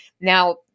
Now